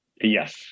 Yes